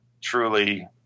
truly